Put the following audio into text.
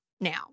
now